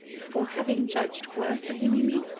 for having judged worse of him, you mean?